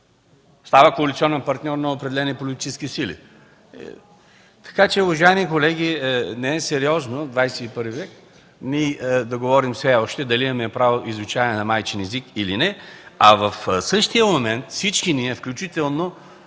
стане коалиционен партньор на определени политически сили? Така че, уважаеми колеги, не е сериозно в ХХІ век ние да говорим все още дали имаме право да изучаваме майчин език, или не, а в същия момент всички ние, включително